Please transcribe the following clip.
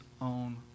own